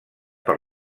per